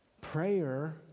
Prayer